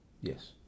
Yes